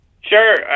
Sure